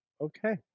Okay